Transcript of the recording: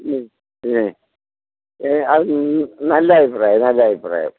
മ്മ് പിന്നെ എ അത് നല്ല അഭിപ്രായം നല്ല അഭിപ്രായം